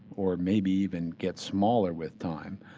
or maybe even get smaller with time.